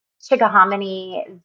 Chickahominy